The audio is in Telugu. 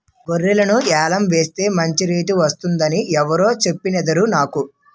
గొర్రెల్ని యాలం ఎసేస్తే మంచి రేటు వొత్తదని ఎవురూ సెప్పనేదురా నాకు